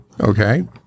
Okay